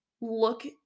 look